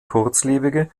kurzlebige